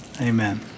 Amen